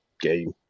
game